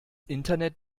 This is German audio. internet